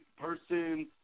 person